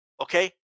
Okay